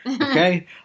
Okay